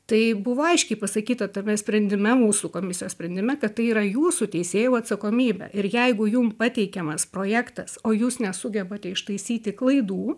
tai buvo aiškiai pasakyta tame sprendime mūsų komisijos sprendime kad tai yra jūsų teisėjau atsakomybė ir jeigu jum pateikiamas projektas o jūs nesugebate ištaisyti klaidų